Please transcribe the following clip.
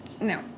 No